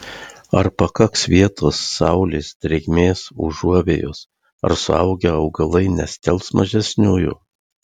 ar pakaks vietos saulės drėgmės užuovėjos ar suaugę augalai nestelbs mažesniųjų